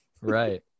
Right